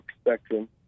spectrum